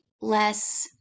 less